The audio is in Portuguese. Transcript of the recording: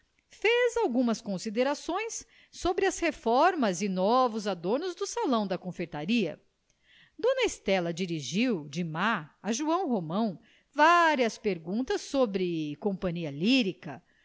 fez algumas considerações sobre as reformas e novos adornos do salão da confeitaria dona estela dirigiu de má a joão romão várias perguntas sobre a companhia lírica